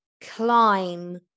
climb